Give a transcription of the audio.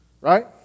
Right